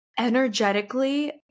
energetically